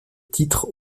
titre